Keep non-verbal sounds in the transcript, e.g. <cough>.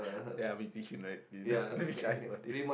ya with Zhi-Shun right <laughs> don't be shy about it